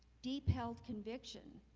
detailed conviction